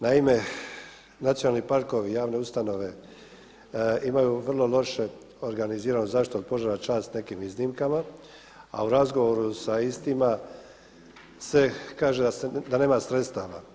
Naime, nacionalni parkovi, javne ustanove imaju vrlo loše organiziranu zaštitu od požara čast nekim iznimkama, a u razgovoru sa istima se kaže da nema sredstava.